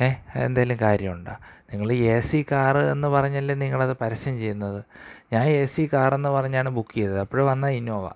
ങേ അതെന്തേലും കാര്യമുണ്ടാ നിങ്ങള് എ സി കാര് എന്ന് പറഞ്ഞല്ലേ നിങ്ങളത് പരസ്യം ചെയ്യുന്നത് ഞാൻ എ സി കാറെന്ന് പറഞ്ഞാണ് ബുക്കെയ്തത് അപ്പോള് വന്ന ഇനോവ